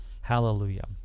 Hallelujah